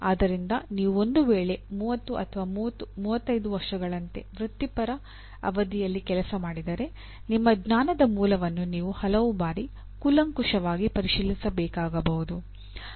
ಆದ್ದರಿಂದ ನೀವು ಒಂದು ವೇಳೆ 30 35 ವರ್ಷಗಳಂತೆ ವೃತ್ತಿಪರ ಅವಧಿಯಲ್ಲಿ ಕೆಲಸ ಮಾಡಿದರೆ ನಿಮ್ಮ ಜ್ಞಾನದ ಮೂಲವನ್ನು ನೀವು ಹಲವು ಬಾರಿ ಕೂಲಂಕುಷವಾಗಿ ಪರಿಶೀಲಿಸಬೇಕಾಗಬಹುದು